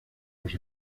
los